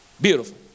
Beautiful